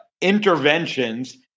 interventions